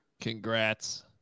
Congrats